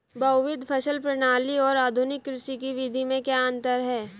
बहुविध फसल प्रणाली और आधुनिक कृषि की विधि में क्या अंतर है?